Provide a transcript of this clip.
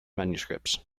manuscripts